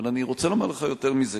אבל אני רוצה לומר לך יותר מזה.